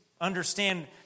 understand